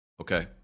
Okay